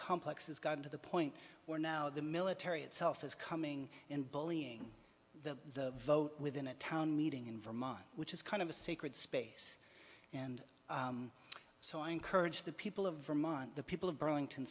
complex has gotten to the point where now the military itself is coming in bullying the vote within a town meeting in vermont which is kind of a sacred space and so i encourage the people of vermont the people of burlington